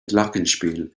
glockenspiel